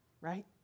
right